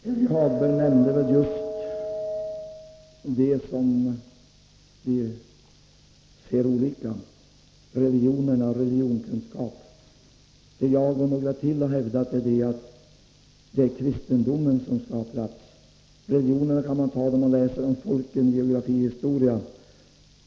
Herr talman! Det är omöjligt att nu gå djupare in i ämnet, men Helge Hagberg nämnde just de saker som vi ser olika på — religionerna och religionskunskap. Jag och några till har hävdat att det är kristendomen som skall ha plats. Övriga religioner kan behandlas när man läser om folkslagen i geografi och historia.